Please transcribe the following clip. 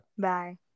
Bye